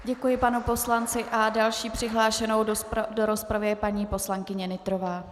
Děkuji panu poslanci a další přihlášenou do rozpravy je paní poslankyně Nytrová.